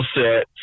set